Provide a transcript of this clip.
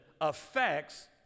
affects